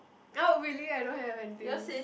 oh really I don't have anything